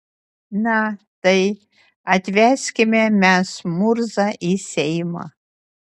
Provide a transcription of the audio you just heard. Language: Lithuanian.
na tai atveskime mes murzą į seimą